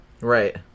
Right